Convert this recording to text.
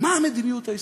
מה המדיניות הישראלית?